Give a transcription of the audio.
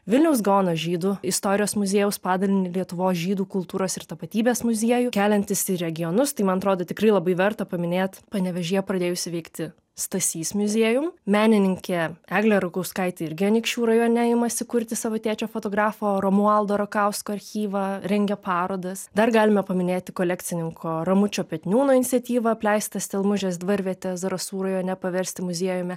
vilniaus gaono žydų istorijos muziejaus padalinį lietuvos žydų kultūros ir tapatybės muziejų keliantis į regionus tai man atrodo tikrai labai verta paminėt panevėžyje pradėjusį veikti stasys muziejum menininkė eglė rakauskaitė irgi anykščių rajone imasi kurti savo tėčio fotografo romualdo rakausko archyvą rengia parodas dar galime paminėti kolekcininko ramučio petniūno iniciatyvą apleistą stelmužės dvarvietę zarasų rajone paversti muziejumi